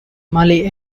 mali